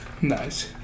Nice